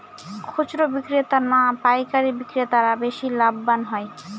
খুচরো বিক্রেতা না পাইকারী বিক্রেতারা বেশি লাভবান হয়?